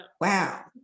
Wow